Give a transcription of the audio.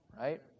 right